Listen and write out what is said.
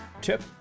Tip